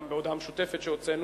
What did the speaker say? גם בהודעה משותפת שהוצאנו,